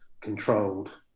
controlled